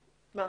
בבקשה.